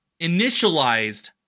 initialized